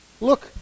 Look